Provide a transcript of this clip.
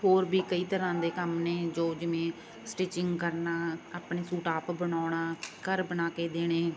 ਹੋਰ ਵੀ ਕਈ ਤਰ੍ਹਾਂ ਦੇ ਕੰਮ ਨੇ ਜੋ ਜਿਵੇਂ ਸਟਿਚਿੰਗ ਕਰਨਾ ਆਪਣੇ ਸੂਟ ਆਪ ਬਣਾਉਣਾ ਘਰ ਬਣਾ ਕੇ ਦੇਣੇ